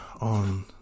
on